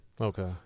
Okay